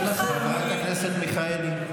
חברת הכנסת מיכאלי,